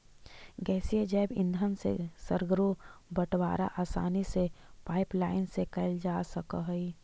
गैसीय जैव ईंधन से सर्गरो बटवारा आसानी से पाइपलाईन से कैल जा सकऽ हई